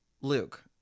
Luke